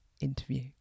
interview